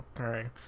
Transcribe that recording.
Okay